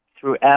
throughout